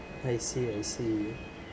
I see I see